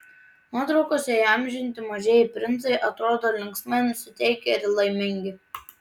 nuotraukose įamžinti mažieji princai atrodo linksmai nusiteikę ir laimingi